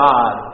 God